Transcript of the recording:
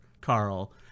Carl